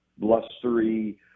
blustery